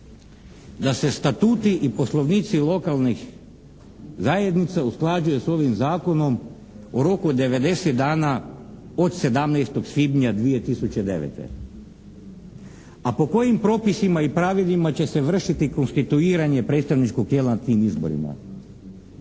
da se statuti i poslovnici lokalnih zajednica usklađuje s ovim zakonom u roku od 90 dana od 17. svibnja 2009. A po kojim propisima i pravilima će se vršiti konstituiranje predstavničkog tijela na tim izborima?